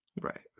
right